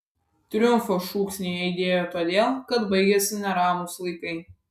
triumfo šūksniai aidėjo todėl kad baigėsi neramūs laikai